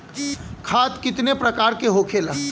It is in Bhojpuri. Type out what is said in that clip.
खाद कितने प्रकार के होखेला?